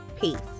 Peace